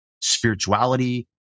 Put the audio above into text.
spirituality